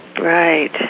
Right